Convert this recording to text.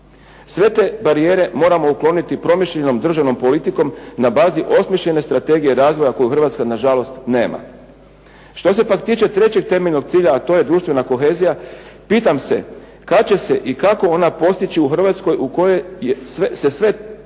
Sve te barijere moramo ukloniti promišljenom državnom politikom na bazi osmišljene strategije razvoja, koje u Hrvatskoj na žalost nema. Što se pak tiče trećeg temeljnog cilja, a to je društvena kohezija, pitam se kad će se i kako ona postići u Hrvatskoj u kojoj se sve više